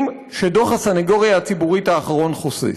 שדוח הסנגוריה הציבורית האחרון חושף.